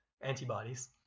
antibodies